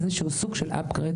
איזשהו סוג של אפגרייד